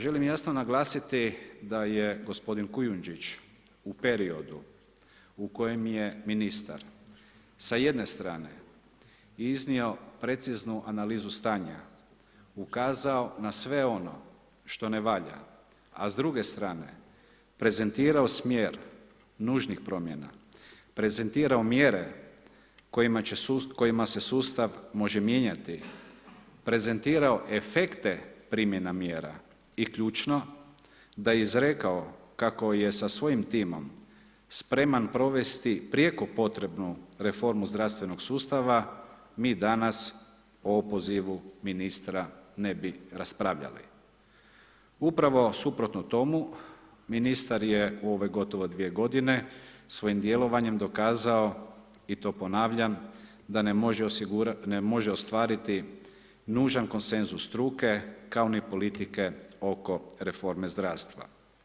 Želim jasno naglasiti da je gospodin Kujundžić u periodu u kojem je ministar, sa jedne strane iznio preciznu analizu stanja, ukazao na sve ono što ne valja, a s druge strane prezentirao smjer nužnih promjena, prezentirao mjere kojima se sustav može mijenjati, prezentirao efekte primjena mjera i ključno, da je izrekao kako je sa svojim timom spreman provesti prijeko potrebnu reformu zdravstvenog sustava, mi danas o opozivu ministra ne bi raspravljali, upravo suprotno tomu, ministar je u ove gotovo 2 g. svojim djelovanjem dokazao i to ponavljam, da ne može ostvariti nužan konsenzus struke kao ni politike oko reforme zdravstva.